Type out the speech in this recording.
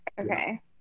Okay